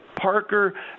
Parker